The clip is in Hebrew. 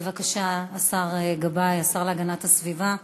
בבקשה, השר אבי גבאי, השר להגנת הסביבה,